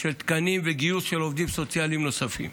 של תקנים וגיוס של עובדים סוציאליים נוספים.